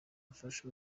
afasha